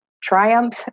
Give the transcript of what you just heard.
triumph